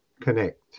Connect